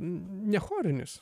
ne chorinis